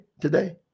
today